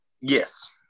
Yes